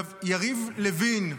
יריב לוין,